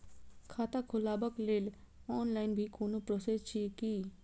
खाता खोलाबक लेल ऑनलाईन भी कोनो प्रोसेस छै की?